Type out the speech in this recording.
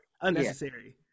Unnecessary